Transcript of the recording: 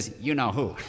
you-know-who